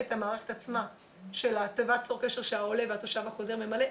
ואת המערכת עצמה של תיבת 'צור קשר' שהעולה והתושב החוזר ממלא.